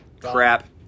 crap